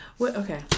Okay